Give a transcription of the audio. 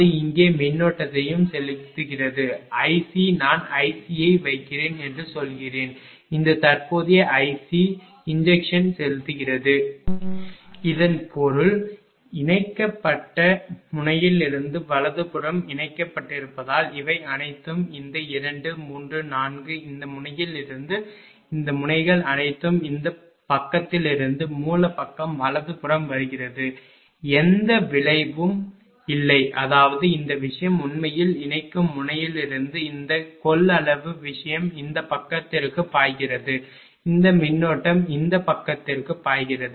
அது இங்கே மின்னோட்டத்தையும் செலுத்துகிறது iC நான் iC ஐ வைக்கிறேன் என்று சொல்கிறேன் இந்த தற்போதைய iC ஊசி போடு இதன் பொருள் இணைக்கப்பட்ட முனையிலிருந்து வலதுபுறம் இணைக்கப்பட்டிருப்பதால் இவை அனைத்தும் இந்த 2 3 4 இந்த முனையிலிருந்து இந்த முனைகள் அனைத்தும் இந்த பக்கத்திலிருந்து மூலப்பக்கம் வலதுபுறம் வருகிறது எந்த விளைவும் இல்லை அதாவது இந்த விஷயம் உண்மையில் இணைக்கும் முனையிலிருந்து இந்த கொள்ளளவு விஷயம் இந்த பக்கத்திற்கு பாய்கிறது இந்த மின்னோட்டம் இந்த பக்கத்திற்கு பாய்கிறது